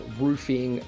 roofing